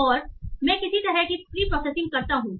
और वहां मैं किसी तरह की प्रीप्रोसेसिंग करता हूं